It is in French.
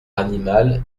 animal